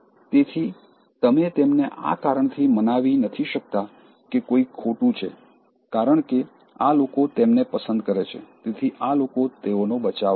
તેથી તમે તેમને આ કારણથી મનાવી નથી શકતા કે કોઈક ખોટું છે કારણ કે આ લોકો તેમને પસંદ કરે છે તેથી આ લોકો તેઓનો બચાવ કરશે